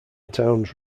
towns